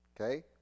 Okay